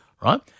Right